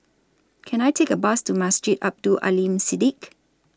Can I Take A Bus to Masjid Abdul Aleem Siddique